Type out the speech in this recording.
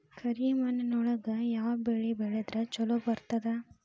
ಕರಿಮಣ್ಣೊಳಗ ಯಾವ ಬೆಳಿ ಬೆಳದ್ರ ಛಲೋ ಬರ್ತದ?